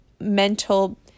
mental